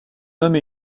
homme